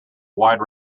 wide